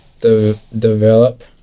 Develop